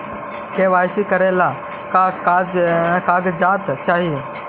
KYC करे ला का का कागजात चाही?